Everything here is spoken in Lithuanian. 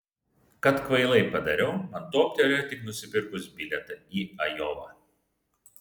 kad kvailai padariau man toptelėjo tik nusipirkus bilietą į ajovą